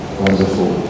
wonderful